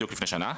בדיוק לפני שנה.